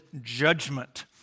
judgment